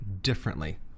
differently